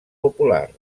popular